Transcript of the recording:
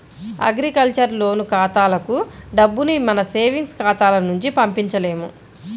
agriculture loan ఖాతాలకు డబ్బుని మన సేవింగ్స్ ఖాతాల నుంచి పంపించలేము